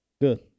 Good